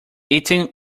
eating